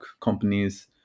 companies